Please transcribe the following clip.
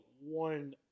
one